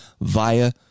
via